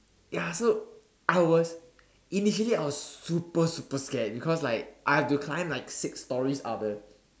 ya so I was initially I was super super scared because like I have to climb like six storeys up